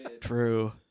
True